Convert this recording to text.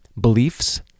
beliefs